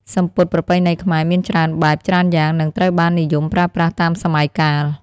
សំពត់ប្រពៃណីខ្មែរមានច្រើនបែប ច្រើនយ៉ាង និងត្រូវបាននិយមប្រើប្រាស់តាមសម័យកាល។